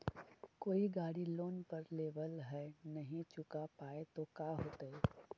कोई गाड़ी लोन पर लेबल है नही चुका पाए तो का होतई?